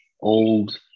old